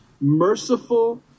merciful